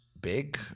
big